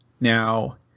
Now